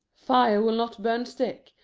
fire will not burn stick,